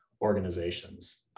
organizations